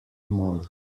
more